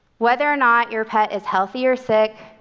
whether or not your pet is healthy or sick,